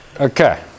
Okay